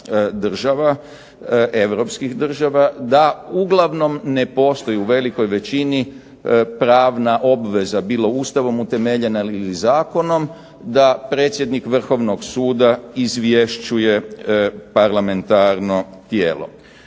država, europskih država, da uglavnom ne postoji u velikoj većini pravna obveza bilo Ustavom utemeljena ili zakonom da predsjednik Vrhovnog suda izvješćuje parlamentarno tijelo.